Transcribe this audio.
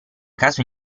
caso